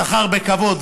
שכר בכבוד.